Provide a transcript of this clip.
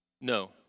No